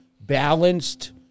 balanced